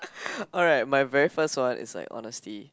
alright my very first one is like honestly